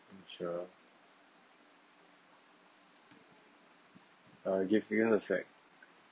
sure uh